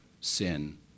sin